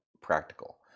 practical